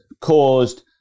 caused